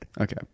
Okay